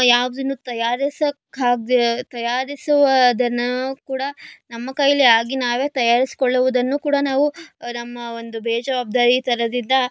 ಯಾವುದನ್ನೂ ತಯಾರಿಸೋಕ್ಕಾಗದೆ ತಯಾರಿಸುವುದನ್ನ ಕೂಡ ನಮ್ಮ ಕೈಲಿ ಆಗಿ ನಾವೇ ತಯಾರಿಸಿಕೊಳ್ಳುವುದನ್ನು ಕೂಡ ನಾವು ನಮ್ಮ ಒಂದು ಬೇಜವಾಬ್ದಾರಿತನದಿಂದ